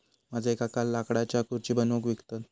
माझे काका लाकडाच्यो खुर्ची बनवून विकतत